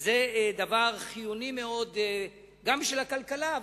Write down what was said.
הם דבר חיוני מאוד גם בשביל הכלכלה,